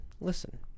Listen